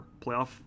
playoff